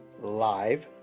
live